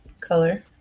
color